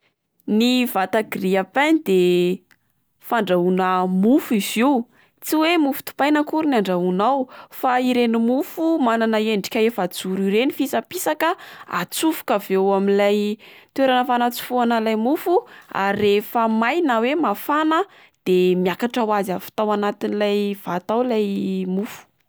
Ny vata grille-pain de fandrahoana mofo izy io, tsy hoe mofo dopaina akory no andrahona ao fa ireny mofo manana endrika efa-joro ireny fisapisaka atsofoka avy eo amin'ilay toerana fanatsofohana ilay mofo, ary rehefa may na oe mafana de miakatra hoazy avy tao anatin'ilay vata ao ilay mofo.